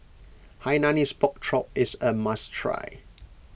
Hainanese Pork Chop is a must try